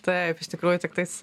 taip iš tikrųjų tiktais